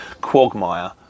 quagmire